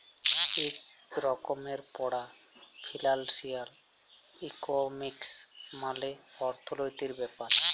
ইক রকমের পড়া ফিলালসিয়াল ইকলমিক্স মালে অথ্থলিতির ব্যাপার